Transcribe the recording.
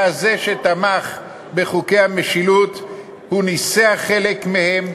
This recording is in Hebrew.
היה זה שתמך בחוקי המשילות, הוא ניסח חלק מהם,